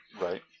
Right